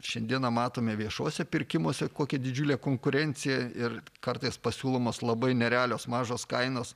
šiandieną matome viešuosiuose pirkimuose kokia didžiulė konkurencija ir kartais pasiūlomos labai nerealios mažos kainos